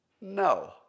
No